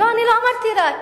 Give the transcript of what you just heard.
לא אמרתי "רק".